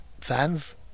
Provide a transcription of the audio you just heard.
fans